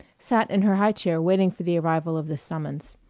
sat in her high chair waiting for the arrival of this summons,